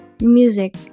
music